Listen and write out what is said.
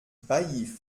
baillif